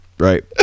Right